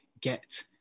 get